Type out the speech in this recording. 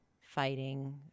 fighting